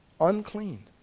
unclean